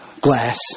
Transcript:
glass